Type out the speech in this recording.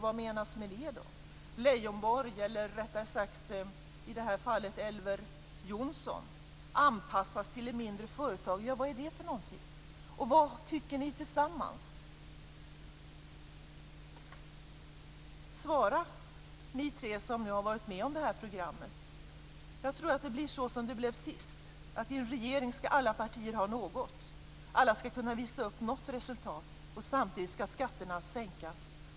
Vad menas med det? Och Elver Jonsson, vad menas med en anpassning till de mindre företagen? Vad tycker ni tillsammans? Svara ni tre som har varit med om det här programmet! Jag tror att det blir så som det blev sist, nämligen att i en regering skall alla partier ha något. Alla skall kunna visa upp något resultat. Samtidigt skall skatterna sänkas.